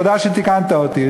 תודה שתיקנת אותי.